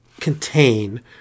contain